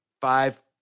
five